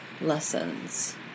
lessons